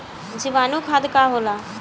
जीवाणु खाद का होला?